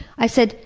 i said,